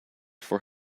for